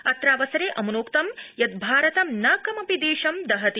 अत्रावसरे अम्नोक्तं यत् भारतं न कमपि देशं दहति